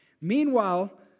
Meanwhile